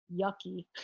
yucky